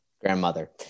Grandmother